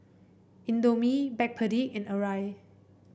Indomie Backpedic and Arai